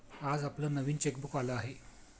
आज आपलं नवीन चेकबुक आलं आहे